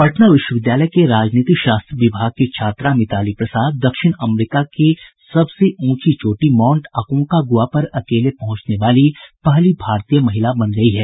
पटना विश्वविद्यालय के राजनीतिशास्त्र विभाग की छात्रा मिताली प्रसाद दक्षिण अमेरिका की सबसे ऊंची चोटी माउंट अकोंकागुआ पर अकेले पहुंचने वाली पहली भारतीय महिला बन गयी है